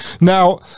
now